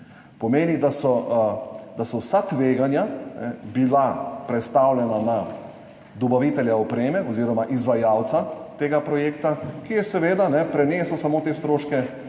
Pomeni, da so vsa tveganja bila prestavljena na dobavitelja opreme oziroma izvajalca tega projekta, ki je seveda samo prenesel te stroške